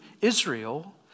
Israel